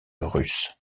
russe